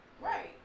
Right